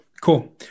cool